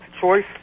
choice